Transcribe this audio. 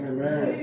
Amen